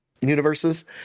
universes